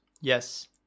Yes